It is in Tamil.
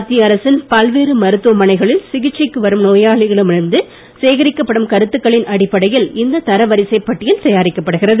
மத்திய அரசின் பல்வேறு மருத்துவமனைகளில் சிகிச்சைக்கு வரும் நோயாளிகளிடம் இருந்து சேகரிக்கப்படும் கருத்துக்களின் அடிப்படையில் இந்த தரவரிசைப் பட்டியல் தயாரிக்கப்படுகிறது